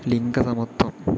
ലിംഗ സമത്വം